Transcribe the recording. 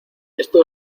esto